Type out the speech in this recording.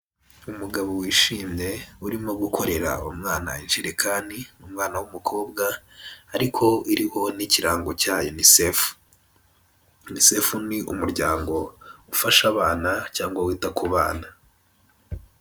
Umugabo wishimye urimo gukorera umwana ijerekani umwana w'umukobwa, ariko iriho n'ikirango cya Yunisefu, Yunisefu ni umuryango ufasha abana cyangwa wita ku bana.